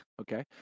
Okay